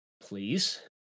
please